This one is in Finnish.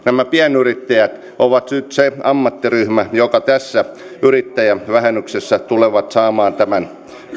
nämä pienyrittäjät ovat nyt se ammattiryhmä joka tässä yrittäjävähennyksessä tulee saamaan tämän